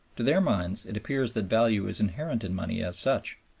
to their minds it appears that value is inherent in money as such,